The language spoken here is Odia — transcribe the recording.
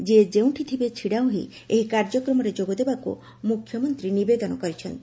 ଯିଏ ଯେଉଁଠି ଥିବେ ଛିଡାହୋଇ ଏହି କାର୍ଯ୍ୟକ୍ରମରେ ଯୋଗଦେବାକୁ ମୁଖ୍ୟମନ୍ତୀ ନିବେଦନ କରିଛନ୍ତି